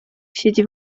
siedzi